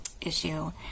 issue